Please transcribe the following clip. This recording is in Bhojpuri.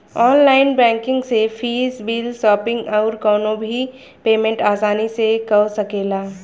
ऑनलाइन बैंकिंग से फ़ीस, बिल, शॉपिंग अउरी कवनो भी पेमेंट आसानी से कअ सकेला